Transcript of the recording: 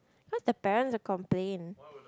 cause the parents will complain